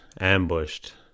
ambushed